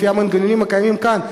לפי המנגנונים הקיימים כאן,